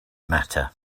matter